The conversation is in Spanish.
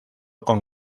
con